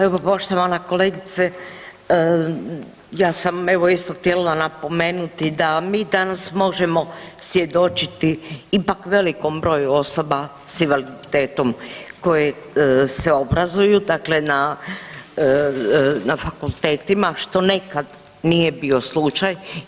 Evo poštovana kolegice ja sam evo isto htjela napomenuti da mi danas možemo svjedočiti ipak velikom broju osoba s invaliditetom koje se obrazuju dakle na fakultetima što nekad nije bio slučaj.